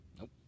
nope